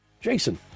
Jason